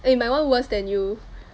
eh my one worse than you